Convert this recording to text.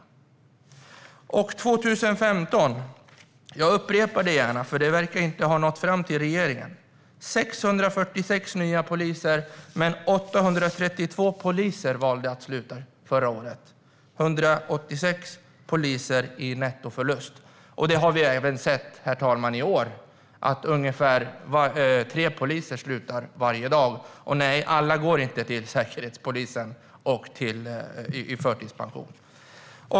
Eftersom det inte verkar ha nått fram till regeringen upprepar jag gärna att det under 2015 kom 646 nya poliser men att 832 valde att sluta. Det innebär en nettoförlust om 186 poliser. Även i år har vi sett att ungefär tre poliser slutar vare dag, herr talman - och nej, alla går inte till Säkerhetspolisen eller i pension.